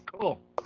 cool